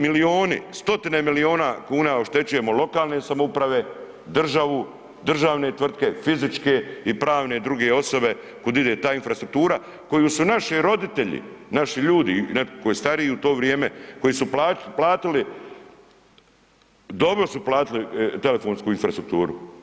Milijuni, stotine milijuna kuna oštećujemo lokalne samouprave, državu, državne tvrtke, fizičke i pravne i druge osobe kud ide ta infrastruktura koju su naši roditelji, naši ljudi i netko ko je stariji u to vrijeme, koji su platili, dobro su platili telefonsku infrastrukturu.